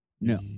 No